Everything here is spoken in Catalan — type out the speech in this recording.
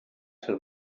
se’l